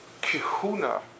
Kihuna